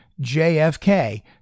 JFK